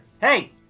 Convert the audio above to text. hey